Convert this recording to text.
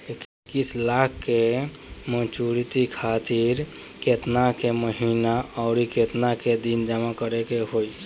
इक्कीस लाख के मचुरिती खातिर केतना के महीना आउरकेतना दिन जमा करे के होई?